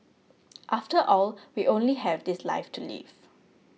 after all we only have this life to live